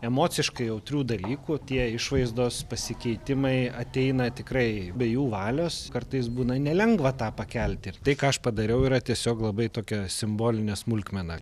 emociškai jautrių dalykų tie išvaizdos pasikeitimai ateina tikrai be jų valios kartais būna nelengva tą pakelti ir tai ką aš padariau yra tiesiog labai tokia simbolinė smulkmena